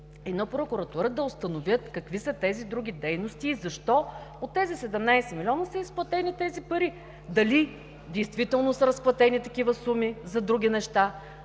и на прокуратурата да установят какви са тези други дейности и защо от тези 17 милиона са изплатени тези пари. Дали действително са разплатени такива суми за други неща